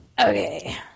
Okay